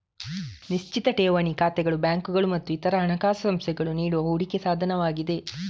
ನಿಶ್ಚಿತ ಠೇವಣಿ ಖಾತೆಗಳು ಬ್ಯಾಂಕುಗಳು ಮತ್ತು ಇತರ ಹಣಕಾಸು ಸಂಸ್ಥೆಗಳು ನೀಡುವ ಹೂಡಿಕೆ ಸಾಧನವಾಗಿದೆ